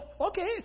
Okay